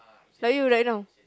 like you right now